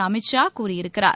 அமித் ஷா கூறியிருக்கிறார்